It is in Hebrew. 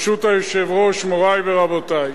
ברשות היושב-ראש, מורי ורבותי,